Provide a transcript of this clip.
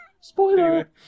Spoiler